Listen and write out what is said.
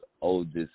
oldest